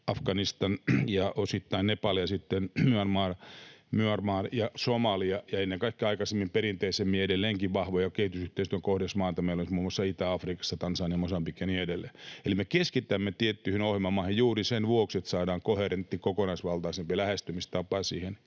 Afganistan ja osittain Nepal ja sitten Myanmar ja Somalia. Ennen kaikkea aikaisemmin, perinteisemmin ja edelleenkin vahvoja kehitysyhteistyön kohdemaita meillä ovat muun muassa Itä-Afrikassa Tansania, Mosambik ja niin edelleen. Eli me keskitämme tiettyihin ohjelmamaihin juuri sen vuoksi, että saadaan koherentti, kokonaisvaltaisempi lähestymistapa siihen.